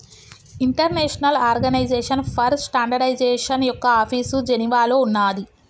international organization for standardization యొక్క office జెనీవాలో ఉన్నాది